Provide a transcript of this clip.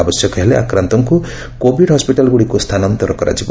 ଆବଶ୍ୟକ ହେଲେ ଆକ୍ରାନ୍ଡଙ୍କୁ କୋଭିଡ୍ ହସ୍ପିଟାଲଗୁଡ଼ିକୁ ସ୍ଥାନାନ୍ତର କରାଯିବ